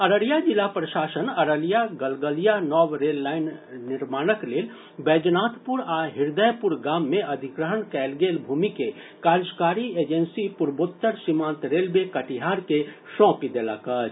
अररिया जिला प्रशासन अररिया गलगलिया नव रेल लाईन निर्माणक लेल बैजनाथपुर आ हृदयपुर गाम मे अधिग्रहण कयल गेल भूमि के कार्यकारी एजेंसी पूर्वोत्तर सीमांत रेलवे कटिहार के सौंपि देलक अछि